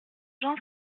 jean